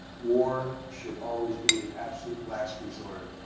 war should always be the absolute last resort.